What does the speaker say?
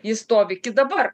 jis stovi iki dabar